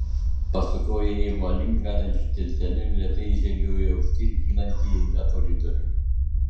pasukau įėjimo link vedančiu tilteliu ir lėtai įžengiau į aukštyn kylantį ilgą koridorių